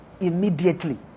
immediately